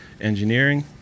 engineering